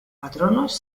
patronos